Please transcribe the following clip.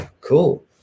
cool